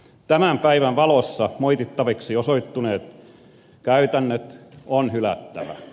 tämän päivän valossa moitittaviksi osoittautuneet käytännöt on hylättävä